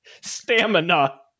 stamina